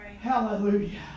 Hallelujah